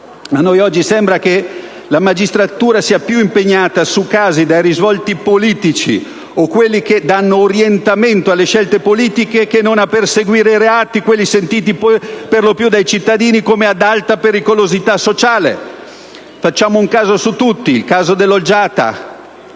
a noi oggi sembra che la magistratura sia più impegnata sui casi dai risvolti politici o su quelli che danno orientamento alle scelte politiche, che non a perseguire i reati, quelli sentiti per lo più dai cittadini come ad alta pericolosità sociale. Facciamo un esempio su tutti. il caso dell'Olgiata,